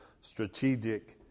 strategic